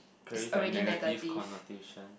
carries like a negative connotation